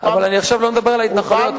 עכשיו אני לא מדבר על ההתנחלויות,